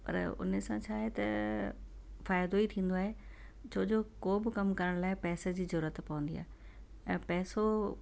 पर उन सां छा आहे त फ़ाइदो ई थींदो आहे छो जो हू बि कम करण लाइ पैसे जी ज़रूरत पवंदी आहे ऐं पैसो